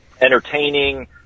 entertaining